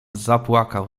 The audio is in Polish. zapłakał